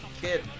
kid